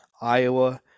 Iowa